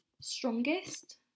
strongest